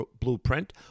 blueprint